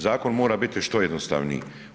Zakon mora biti što jednostavniji.